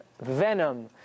venom